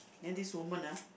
then this woman ah